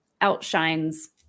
outshines